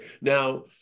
now